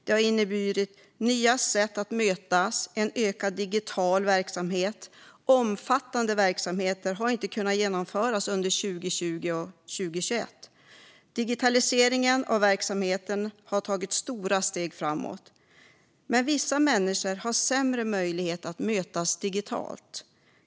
Det har inneburit nya sätt att mötas och ökad digital verksamhet. Omfattande verksamheter har inte kunnat genomföras under 2020 och 2021. Digitaliseringen av verksamheten har tagit stora steg framåt. Men vissa människor har sämre möjligheter att mötas digitalt.